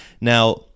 Now